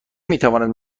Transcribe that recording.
میتواند